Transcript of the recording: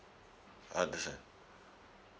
understand